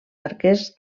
arquers